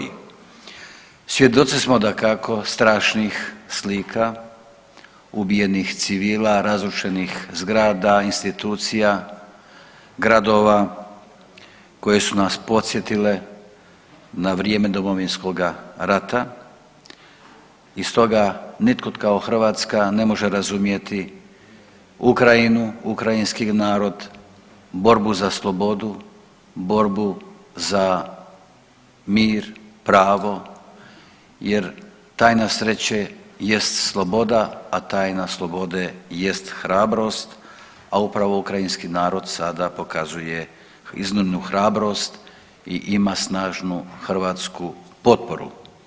Svjedoci smo dakako strašnih slika ubijenih civila, razrušenih zgrada, institucija, gradova koje su nas podsjetile na vrijeme Domovinskoga rata i stoga nitko kao Hrvatska ne može razumjeti Ukrajinu, ukrajinski narod, borbu za slobodu, borbu za mir, pravo, jer tajna sreće jest sloboda, a tajna slobode jest hrabrost, a upravo ukrajinski narod sada pokazuje iznimnu hrabrost i ima snažnu hrvatsku potporu.